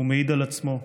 הוא מעיד על עצמו: